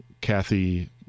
Kathy